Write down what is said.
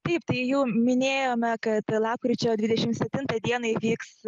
taip tai jau minėjome kad lapkričio dvidešim septintą dieną įvyks